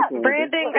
Brandon